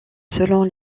selon